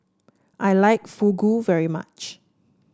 I like Fugu very much